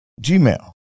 gmail